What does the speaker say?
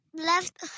left